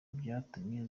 byatumye